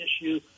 issue